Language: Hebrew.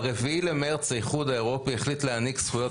ב-4 במרץ האיחוד האירופי החליט להעניק זכויות